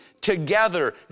together